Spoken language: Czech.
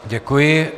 Děkuji.